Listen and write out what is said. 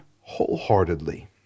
wholeheartedly